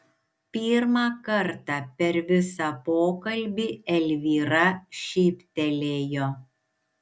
pirmą kartą per visą pokalbį elvyra šyptelėjo